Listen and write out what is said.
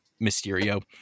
Mysterio